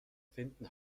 finden